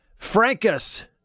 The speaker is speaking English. Frankus